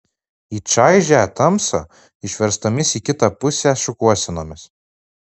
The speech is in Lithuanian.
į čaižią tamsą išverstomis į kitą pusę šukuosenomis